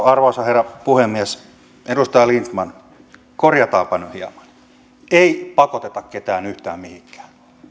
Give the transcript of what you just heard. arvoisa herra puhemies edustaja lindtman korjataanpa nyt hieman ei pakoteta ketään yhtään mihinkään